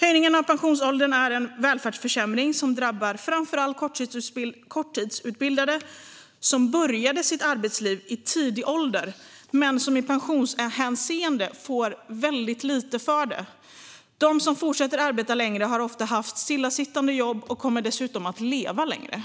Höjningen av pensionsåldern är en välfärdsförsämring som framför allt drabbar korttidsutbildade som började sitt arbetsliv i tidig ålder men som i pensionshänseende får väldigt lite för det. De som fortsätter att arbeta längre har ofta haft stillasittande jobb och kommer dessutom att leva längre.